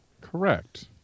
Correct